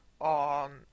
on